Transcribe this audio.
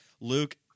Luke